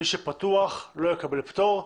מי שפתוח, לא יקבל פטור.